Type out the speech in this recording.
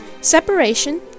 separation